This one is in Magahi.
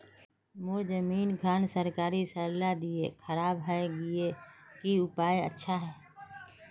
मोर जमीन खान सरकारी सरला दीया खराब है गहिये की उपाय अच्छा?